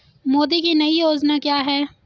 मोदी की नई योजना क्या है?